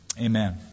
amen